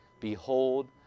Behold